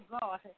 God